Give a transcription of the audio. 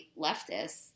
leftists –